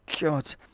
god